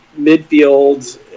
midfield